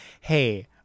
Hey